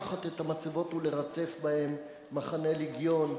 לקחת את המצבות ולרצף בהן מחנה לגיון.